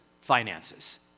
finances